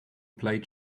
plaid